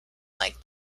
like